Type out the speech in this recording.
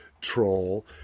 troll